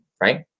right